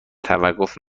توقف